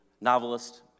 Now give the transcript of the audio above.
novelist